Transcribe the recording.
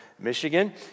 Michigan